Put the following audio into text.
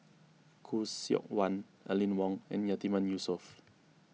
Khoo Seok Wan Aline Wong and Yatiman Yusof